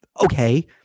okay